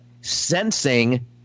sensing